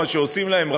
מה שעושים להם,